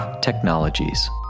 Technologies